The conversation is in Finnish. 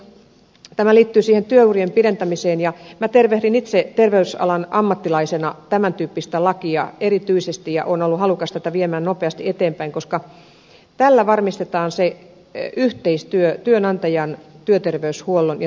tämä liittyy siihen työurien pidentämiseen ja minä tervehdin itse terveysalan ammattilaisena tämän tyyppistä lakia erityisesti ja olen ollut halukas tätä viemään nopeasti eteenpäin koska tällä varmistetaan se yhteistyö työnantajan työterveyshuollon ja työntekijän välillä